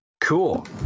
Cool